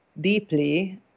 deeply